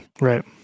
Right